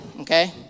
okay